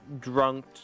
drunk